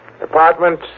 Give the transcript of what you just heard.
apartment